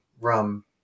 rum